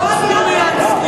חוק סלומינסקי,